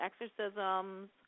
exorcisms